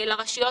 לרשויות